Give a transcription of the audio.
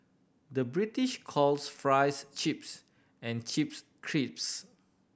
the British calls fries chips and chips crisps